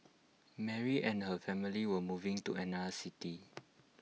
Mary and her family were moving to another city